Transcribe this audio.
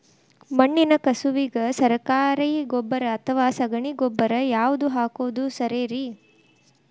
ಮಣ್ಣಿನ ಕಸುವಿಗೆ ಸರಕಾರಿ ಗೊಬ್ಬರ ಅಥವಾ ಸಗಣಿ ಗೊಬ್ಬರ ಯಾವ್ದು ಹಾಕೋದು ಸರೇರಿ?